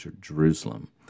Jerusalem